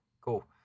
cool